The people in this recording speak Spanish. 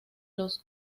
los